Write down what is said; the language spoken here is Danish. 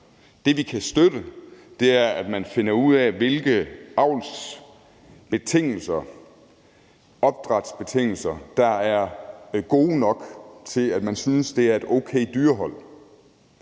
Det, vi kan støtte, er, at man finder ud af, hvilke avlsbetingelser, opdrætsbetingelser, der er gode nok til, at man synes, at det er et okay dyrehold.